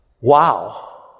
Wow